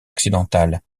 occidental